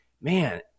man